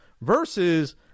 versus